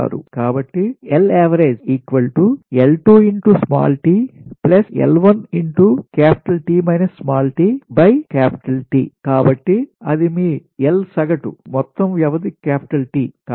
కాబట్టి కాబట్టి అది మీ L సగటు మొత్తం వ్యవధి T